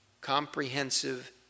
comprehensive